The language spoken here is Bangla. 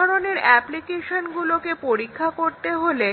এই ধরনের অ্যাপ্লিকেশনগুলোকে পরীক্ষা করতে হলে